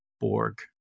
Borg